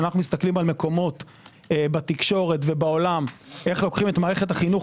שאנו מסתכלים בתקשורת ובעולם איך לוקחים את מערכת החינוך